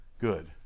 Good